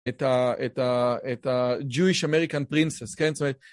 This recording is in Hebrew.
את ה.. את ה.. את ה.. Jewish American princess כן זאת